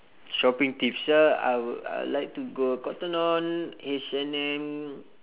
shopping tips ah I would I like to go cotton on H_and_M